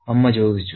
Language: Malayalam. അമ്മ ചോദിച്ചു